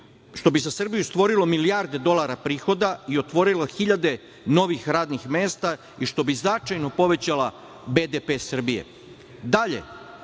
što bi za Srbiju stvorilo milijarde dolara prihoda i otvorila hiljade novih radnih mesta i što bi značajno povećala BDP Srbije. Rezerve